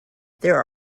there